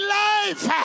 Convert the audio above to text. life